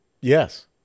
Yes